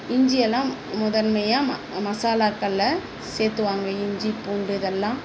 இஞ்சி எல்லாம் முதன்மையா ம மசாலாக்களில் சேர்த்துவாங்க இஞ்சி பூண்டு இதெல்லாம்